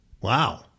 Wow